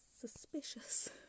suspicious